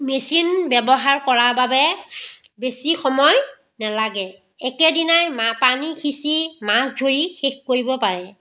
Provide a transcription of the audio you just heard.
machine ব্যৱহাৰ কৰা বাবে বেছি সময় নালাগে একেদিনাই মা পানী সিঁচি মাছ ধৰি শেষ কৰিব পাৰে